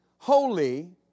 Holy